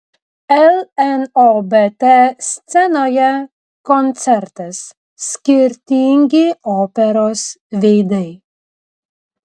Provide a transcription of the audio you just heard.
lnobt scenoje koncertas skirtingi operos veidai